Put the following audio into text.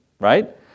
right